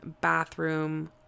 bathroom